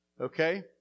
Okay